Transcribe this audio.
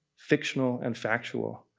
fictional and factual,